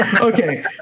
Okay